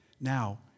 now